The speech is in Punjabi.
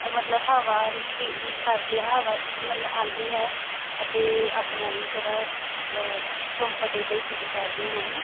ਮਤਲਬ ਹਵਾ ਪੀ ਕਰਦੇ ਆ ਹਵਾ ਮਤਲਬ ਆਉਂਦੀ ਹੈ ਅਤੇ ਆਪਣੇ ਆਪ ਨੂੰ ਥੋੜ੍ਹਾ ਕੰਫਰਟੇਬਲ ਫੀਲ ਕਰਦੇ ਹਨ